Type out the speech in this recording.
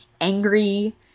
angry